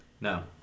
No